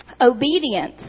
obedience